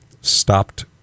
stopped